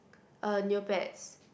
uh Neopets